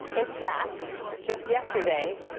in fact, just yesterday,